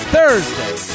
Thursday